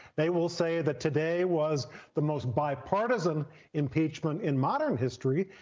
they will say that today was the most bipartisan impeachment in modern history,